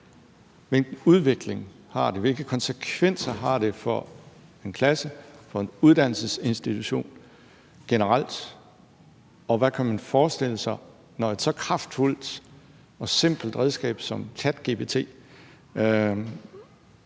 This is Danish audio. Hvilken udvikling er der, og hvilke konsekvenser har det for en klasse og for en uddannelsesinstitution generelt? Hvad kan man forestille sig der sker, når et så kraftfuldt og simpelt redskab som en